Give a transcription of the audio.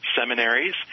seminaries